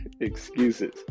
Excuses